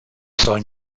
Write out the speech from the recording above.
sollen